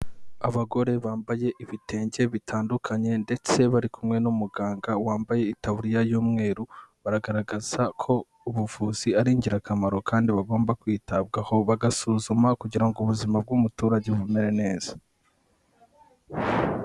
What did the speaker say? Abagore bambaye ibitenge bitandukanye ndetse bari kumwe n'umuganga wambaye itabuririya y'umweru bagaragaza ko ubuvuzi ari ingirakamaro kandi bagomba kwitabwaho bagasuzuma kugira ngo ubuzima bw'umuturage bumere neza.